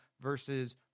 versus